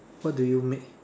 what do you make